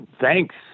thanks